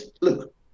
look